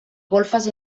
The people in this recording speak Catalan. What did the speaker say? golfes